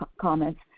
comments